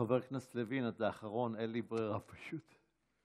חבר הכנסת לוין, אתה אחרון, אין לי ברירה, פשוט.